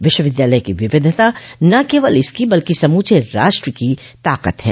विश्वविद्यालय की विविधता न केवल इसकी बल्कि समूचे राष्ट्र की ताकत है